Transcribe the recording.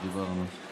כשדיברנו.